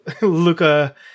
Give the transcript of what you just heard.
Luca